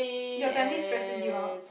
your family stresses you out